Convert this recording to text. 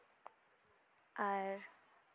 ᱟᱨ